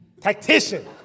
Tactician